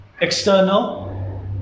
external